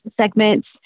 segments